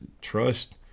trust